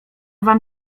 wam